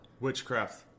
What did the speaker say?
Witchcraft